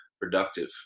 productive